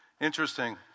Interesting